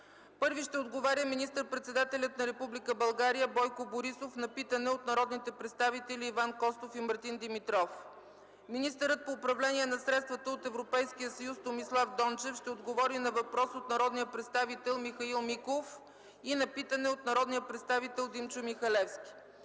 Първи ще отговаря министър-председателят на Република България Бойко Борисов на питане от народните представители Иван Костов и Мартин Димитров. Министърът по управление на средствата от Европейския съюз Томислав Дончев ще отговори на въпрос от народния представител Михаил Миков и на питане от народния представител Димчо Михалевски.